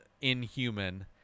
inhuman